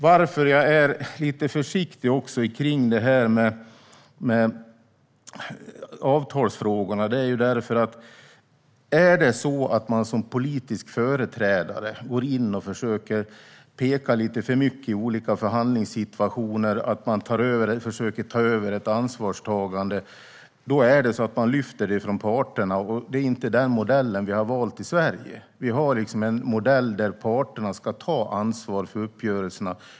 Varför jag är lite försiktig med avtalsfrågorna är att om man som politisk företrädare går in och pekar lite för mycket i olika förhandlingssituationer och försöker att ta över ansvaret, lyfter man frågan från parterna. Det är inte den modellen som vi har valt i Sverige. Vi har en modell där parterna ska ta ansvar för uppgörelserna.